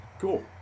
Cool